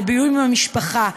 לבילוי עם המשפחה,